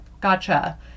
Gotcha